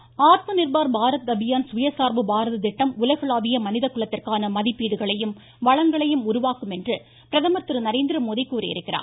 பிரதமர் ஆத்ம நிர்பார் பாரத் அபியான் சுயசார்பு பாரத திட்டம் உலகளாவிய மனித குலத்திற்கான மதிப்பீடுகளையும் வளங்களையும் உருவாக்கும் என்று பிரதமர் திரு நரேந்திரமோடி கூறியிருக்கிறார்